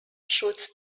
shoots